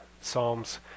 Psalms